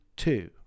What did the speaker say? Two